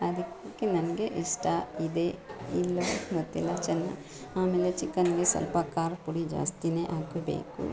ಅದಕ್ಕೆ ನನಗೆ ಇಷ್ಟ ಇದೆ ಇಲ್ಲ ಗೊತ್ತಿಲ್ಲ ಚನ್ನಾ ಆಮೇಲೆ ಚಿಕನ್ಗೆ ಸ್ವಲ್ಪ ಖಾರ ಪುಡಿ ಜಾಸ್ತಿನೆ ಹಾಕಬೇಕು